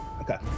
Okay